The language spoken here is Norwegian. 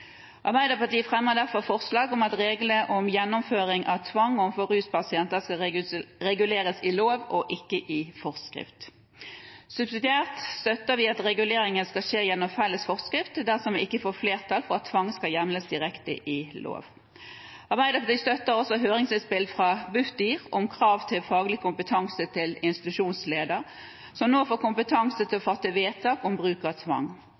Arbeiderpartiet fremmer derfor forslag om at reglene om gjennomføring av tvang overfor ruspasienter skal reguleres i lov, ikke i forskrift. Subsidiært støtter vi at reguleringen skjer gjennom felles forskrift dersom vi ikke får flertall for at tvang skal hjemles direkte i lov. Arbeiderpartiet støtter også høringsinnspill fra Bufdir om krav til faglig kompetanse til institusjonsleder, som nå får kompetanse til å fatte vedtak om bruk av tvang.